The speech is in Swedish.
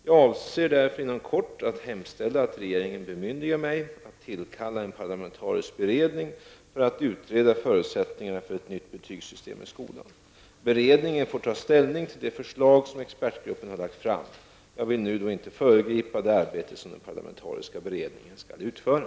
Jag avser därför inom kort att hemställa att regeringen bemyndigar mig att tillkalla en parlamentarisk beredning för att utreda förutsättningarna för ett nytt betygssystem i skolan. Beredningen får ta ställning till det förslag som expertgruppen har lagt fram. Jag vill inte nu föregripa det arbete som den parlamentariska beredningen skall utföra.